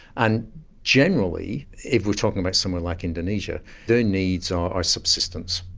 and generally if we're talking about somewhere like indonesia, their needs are subsistence.